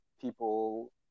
People